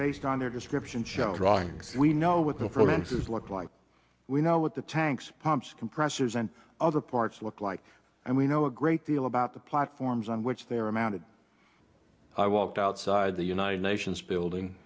based on their description show drawings we know what the finances looked like we know what the tanks pumps compressors and other parts looked like and we know a great deal about the platforms on which they are mounted i walked outside the united nations building